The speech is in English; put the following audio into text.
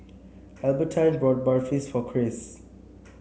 Albertine bought Barfi for Cris